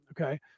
Okay